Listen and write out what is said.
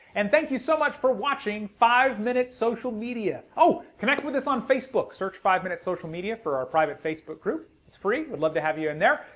and thank you so much for watching five minute social media. oh! connect with us on facebook, search five minute social media for our private facebook group. it's free, we'd love to have you in there.